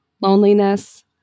loneliness